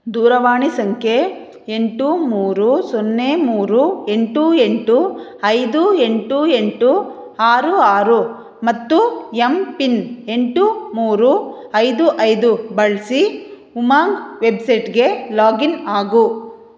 ದೂರವಾಣಿ ಸಂಖ್ಯೆ ಎಂಟು ಮೂರು ಸೊನ್ನೆ ಮೂರು ಎಂಟು ಎಂಟು ಐದು ಎಂಟು ಎಂಟು ಆರು ಆರು ಮತ್ತು ಎಂ ಪಿನ್ ಎಂಟು ಮೂರು ಐದು ಐದು ಬಳಸಿ ಉಮಂಗ್ ವೆಬ್ಸೈಟ್ಗೆ ಲಾಗಿನ್ ಆಗು